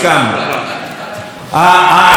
לא רוצה לתקן או לא לתקן את הקולנוע,